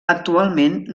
actualment